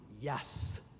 yes